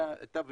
2015,